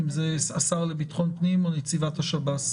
אם זה השר לביטחון הפנים או נציבת השב"ס.